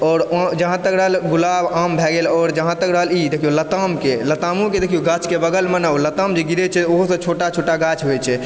आओर जहाँ तक रहलै गुलाब आम भए गेल आओर जहाँ तक रहल ई देखियौ लतामके लतामोके देखियौ गाछके बगलमे ने ओ लताम जे गिरै छै ओहो सँ छोटा छोटा गाछ होइ छै